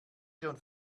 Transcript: schon